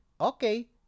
Okay